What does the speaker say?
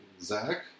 Zach